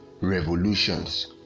revolutions